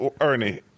Ernie